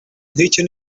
nk’icyo